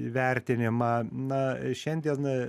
vertinimą na šiandien